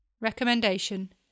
Recommendation